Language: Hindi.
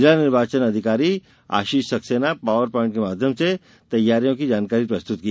जिला निर्वाचन अधिकारी आशीष सक्सेना पावर पाइंट के माध्यम से तैयारियों की जानकारी प्रस्तुत की